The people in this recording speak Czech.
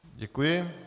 Děkuji.